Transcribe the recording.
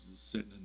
sitting